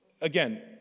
again